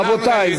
רבותי,